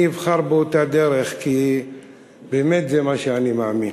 אני אבחר באותה דרך, כי באמת זה מה שאני מאמין.